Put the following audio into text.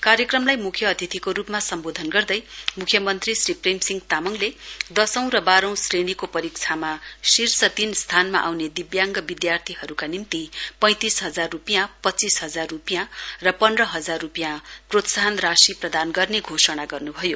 कार्यक्रमलाई मुख्य अतिथिको रूपमा सम्बोधन गर्दै मुख्यमन्त्री श्री प्रेम सिंह तामाङले दशौं र बाहौ श्रेणीको परीक्षामा शीर्ष तीन स्थानमा आउने दिव्याङ्ग विद्यार्थीहरूका निम्ति पैंतिस हजार रूपियाँ पच्चीस हजार र पन्ध्र हजार रूपियाँ प्रोत्साहन राशि प्रदान गर्ने घोषणा गर्न्भयो